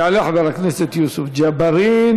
יעלה חבר הכנסת יוסף ג'בארין,